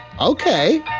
Okay